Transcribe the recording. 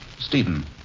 Stephen